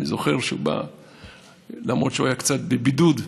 אני זוכר שלמרות שהוא היה קצת בבידוד,